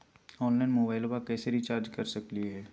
Online मोबाइलबा कैसे recharge कर सकलिए है?